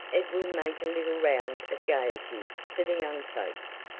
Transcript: it will make a little round of gaieties for the young folks.